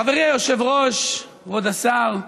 חברי היושב-ראש, כבוד השר,